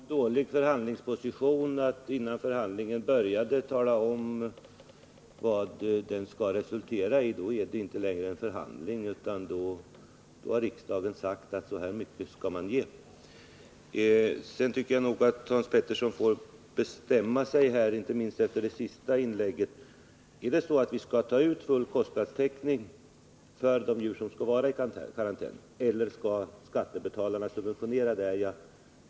Fru talman! Nej, det skulle väl vara en dålig förhandlingsposition om man, innan förhandlingarna börjat, skulle tala om vad de skulle resultera i — då är det ju inte längre en förhandling, utan då har riksdagen sagt att så här mycket skall man ge. Jag tycker nog att Hans Pettersson får lov att bestämma sig här, inte minst efter det senaste inlägget: Är det så att vi skall ta ut full kostnadstäckning för de djur som skall vara i karantän, eller skall skattebetalarna subventionera de kostnaderna?